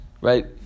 Right